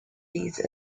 these